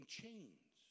chains